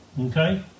Okay